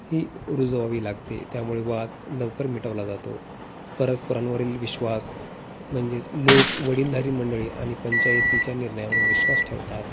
ही रुजवावी लागते त्यामुळे वाद लवकर मिटवला जातो परस्परांवरील विश्वास म्हणजेच लोक वडीलधारी मंडळी आणि पंचायतीच्या निर्णयावर विश्वास ठेवतात